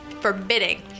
Forbidding